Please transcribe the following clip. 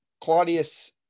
Claudius